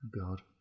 God